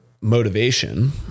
motivation